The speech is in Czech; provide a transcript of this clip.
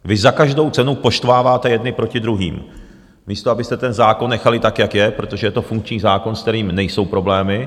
Vy za každou cenu poštváváte jedny proti druhým, místo abyste ten zákon nechali tak, jak je, protože je to funkční zákon, se kterým nejsou problémy.